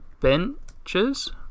benches